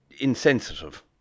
insensitive